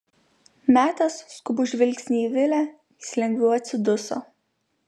metęs skubų žvilgsnį į vilę jis lengviau atsiduso